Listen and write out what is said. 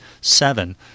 seven